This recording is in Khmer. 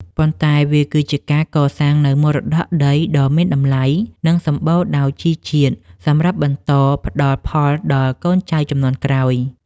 ប៉ុន្តែវាគឺជាការកសាងនូវមរតកដីដ៏មានតម្លៃ និងសម្បូរដោយជីជាតិសម្រាប់បន្តផ្ដល់ផលដល់កូនចៅជំនាន់ក្រោយ។